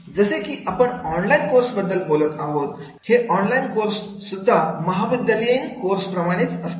जसे की आपण ऑनलाईन कोर्स बद्दल बोलत आहोत हे ऑनलाईन कोर्स सुद्धा महाविद्यालयीन कोर्स प्रमाणेच असतात